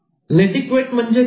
'netiquette' म्हणजे काय